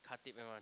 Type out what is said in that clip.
Khatib m_r_t